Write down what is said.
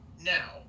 Now